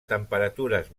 temperatures